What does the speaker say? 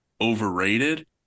overrated